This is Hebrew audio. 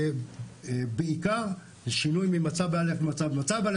זה בעיקר שינוי ממצב א' למצב ב'.